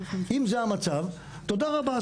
אם זה המצב, תודה רבה.